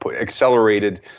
accelerated